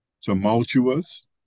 tumultuous